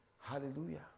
Hallelujah